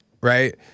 right